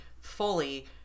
fully